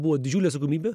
buvo didžiulė atsakomybė